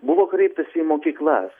buvo kreiptasi į mokyklas